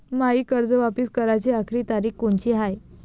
मायी कर्ज वापिस कराची आखरी तारीख कोनची हाय?